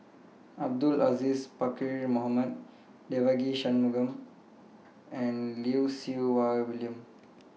Abdul Aziz Pakkeer Mohamed Devagi Sanmugam and Lim Siew Wai William